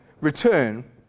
return